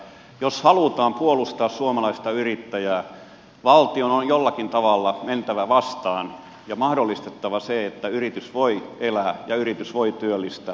jos halutaan puolustaa suomalaista yrittäjää valtion on jollakin tavalla mentävä vastaan ja mahdollistettava se että yritys voi elää ja yritys voi työllistää